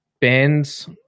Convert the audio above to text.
bands